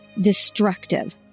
destructive